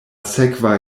sekva